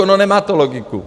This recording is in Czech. No nemá to logiku.